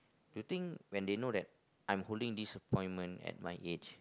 do you think when they know that I'm holding this appointment at my age